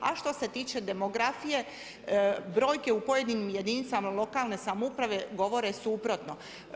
A što se tiče demografije brojke u pojedinim jedinicama lokalne samouprave govore suprotno.